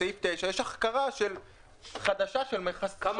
בסעיף 9 יש החכרה חדשה של מכסות.